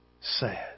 Sad